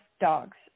dogs